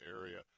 area